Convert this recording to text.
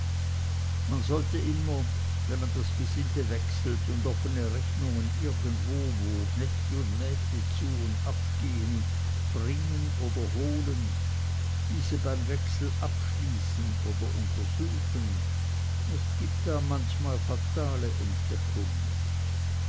man sollte immer wenn man das gesinde wechselt und offene rechnungen sind irgendwo wo knechte und mägde zu und abgehen bringen oder holen diese beim wechsel abschließen oder untersuchen es gibt da manchmal fatale entdeckungen